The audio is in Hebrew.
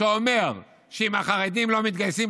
שאומר שאם החרדים לא מתגייסים,